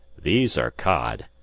these are cod,